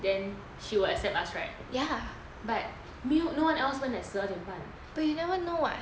then she will accept us right ya but no one else went at 十二点半